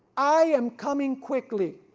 i am coming quickly!